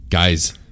Guys